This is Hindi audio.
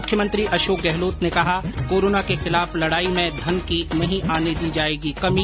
मुख्यमंत्री अशोक गहालोत ने कहा कोरोना के खिलाफ लड़ाई में धन की नहीं आने दी जाएगी कमी